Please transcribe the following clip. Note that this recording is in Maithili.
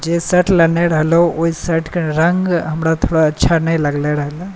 जे शर्ट लेने रहलहुॅं ओ शर्ट के रंग हमरा थोड़ा अच्छा नहि लागल रहए